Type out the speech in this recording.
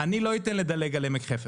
אני לא אתן לדלג על עמק חפר.